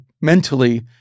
mentally